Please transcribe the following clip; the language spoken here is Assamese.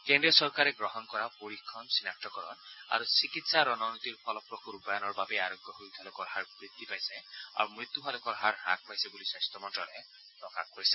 কেন্দ্ৰীয় চৰকাৰে গ্ৰহণ কৰা পৰীক্ষণ চিনাক্তকৰণ আৰু চিকিৎসা ৰণনীতিৰ ফলপ্ৰসূ ৰূপায়ণৰ বাবেই আৰোগ্য হৈ উঠা লোকৰ হাৰ বৃদ্ধি পাইছে আৰু মৃত্যু হোৱা লোকৰ হাৰ হ্ৰাস পাইছে বুলি স্বাস্থ্য মন্ত্যালয়ে প্ৰকাশ কৰিছে